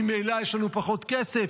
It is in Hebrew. ממילא יש לנו פחות כסף?